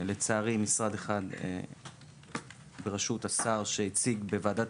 לצערי משרד אחד בראשות השר שהציג בוועדת